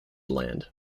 land